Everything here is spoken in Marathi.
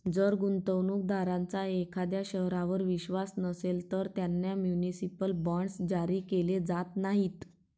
जर गुंतवणूक दारांचा एखाद्या शहरावर विश्वास नसेल, तर त्यांना म्युनिसिपल बॉण्ड्स जारी केले जात नाहीत